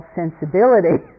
sensibility